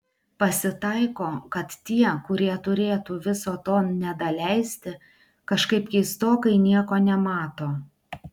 pasitaiko kad tie kurie turėtų viso to nedaleisti kažkaip keistokai nieko nemato